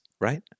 right